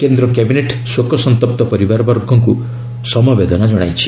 କେନ୍ଦ୍ର କ୍ୟାବିନେଟ୍ ଶୋକସନ୍ତପ୍ତ ପରିବାରବର୍ଗକୁ ସମବେଦନା ଜଣାଇଛି